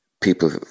people